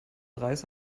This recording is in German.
reis